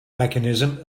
mechanism